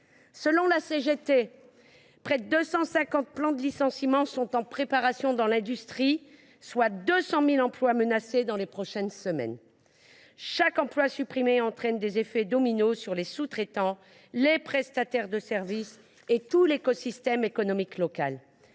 Selon la CGT, près de 250 plans de licenciement sont en préparation dans l’industrie, soit 200 000 emplois menacés dans les prochaines semaines. Chaque emploi supprimé entraîne un effet domino sur les sous traitants, sur les prestataires de services et sur tout l’écosystème économique local.